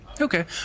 Okay